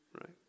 right